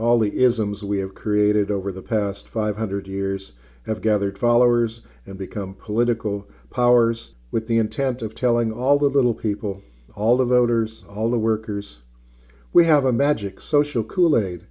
all the isms we have created over the past five hundred years have gathered followers and become political powers with the intent of telling all the little people all the voters all the workers we have a magic social kool aid